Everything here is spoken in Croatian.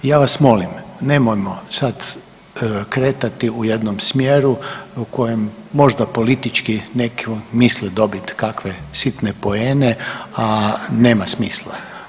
Ja vas molim nemojmo sad kretati u jednom smjeru u kojem možda politički netko misli dobiti nekakve sitne poene, a nema smisla.